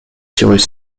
cyrus